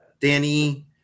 Danny